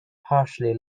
partially